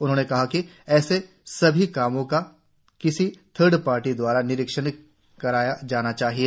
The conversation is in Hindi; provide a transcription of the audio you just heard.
उन्होंने कहा कि ऐसे सभी कामों का किसी थर्ड पार्टी द्वारा निरीक्षण किया जाना चाहिए